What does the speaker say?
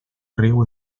riu